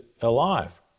alive